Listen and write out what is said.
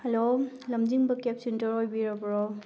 hello ꯂꯝꯖꯤꯡꯕ ꯀꯦꯞ centre ꯑꯣꯏꯕꯤꯔꯕ꯭ꯔꯣ